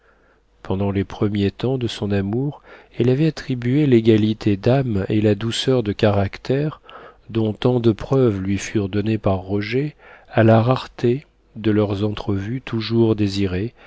pendant les premiers temps de son amour elle avait attribué l'égalité d'âme et la douceur de caractère dont tant de preuves lui furent données par roger à la rareté de leurs entrevues toujours désirées